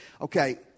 Okay